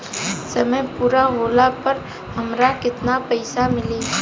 समय पूरा होला पर हमरा केतना पइसा मिली?